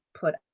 put